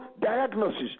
diagnosis